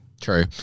True